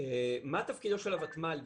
מה תפקידו של הוותמ"ל?